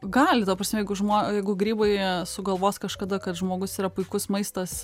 gali ta prasme jeigu žmo jeigu grybai sugalvos kažkada kad žmogus yra puikus maistas